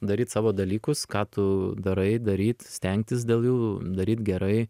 daryt savo dalykus ką tu darai daryt stengtis dėl jų daryt gerai